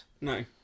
No